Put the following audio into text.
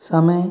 समय